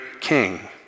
king